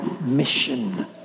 mission